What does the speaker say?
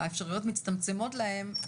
האפשרויות מצטמצמות להם.